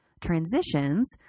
transitions